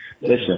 listen